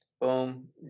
Boom